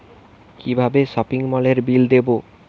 কিভাবে সপিং মলের বিল দেবো?